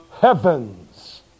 heavens